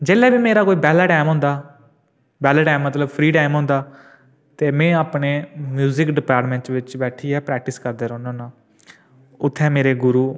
जेल्लै बी मेरा कोई बैह्ल्ला टाइम होंदा बैह्ल्ला टाइम मतलब फ्री टाइम होंदा ते में अपने म्यूजिक डिपार्टमैंट बिच बैट्ठियै प्रैक्टिस करदा रौह्न्नां होन्नां उत्थै मेरे गुरु